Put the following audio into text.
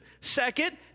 Second